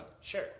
sure